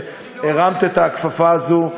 שהרמת את הכפפה הזאת,